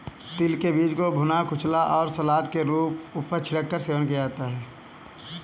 तिल के बीज को भुना, कुचला या सलाद के ऊपर छिड़क कर सेवन किया जा सकता है